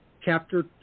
chapter